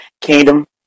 Kingdom